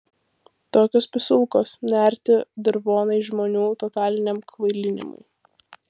tokios pisulkos nearti dirvonai žmonių totaliniam kvailinimui